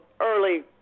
early